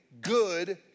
good